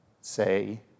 say